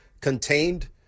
contained